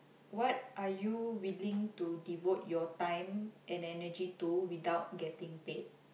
what are you willing to devote your time and energy to without getting paid